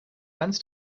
ganz